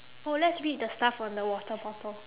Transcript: oh let's read the stuff on the water bottle